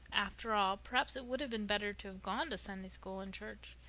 after all, perhaps it would have been better to have gone to sunday school and church.